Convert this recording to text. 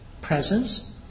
presence